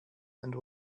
and